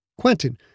Quentin